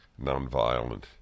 nonviolent